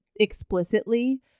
explicitly